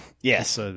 Yes